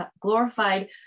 glorified